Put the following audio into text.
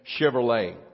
Chevrolet